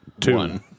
Two